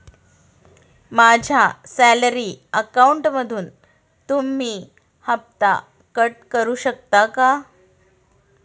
माझ्या सॅलरी अकाउंटमधून तुम्ही हफ्ता कट करू शकता का?